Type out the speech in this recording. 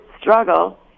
struggle